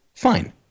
Fine